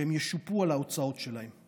ושהם ישופו על ההוצאות שלהם.